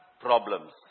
problems